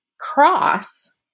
cross